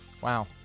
Wow